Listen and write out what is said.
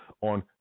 on